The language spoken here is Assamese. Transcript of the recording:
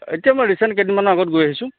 এতিয়া মই ৰিচেণ্ট কেইদিনমানৰ আগত গৈ আহিছোঁ